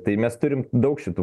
tai mes turim daug šitų